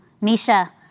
Misha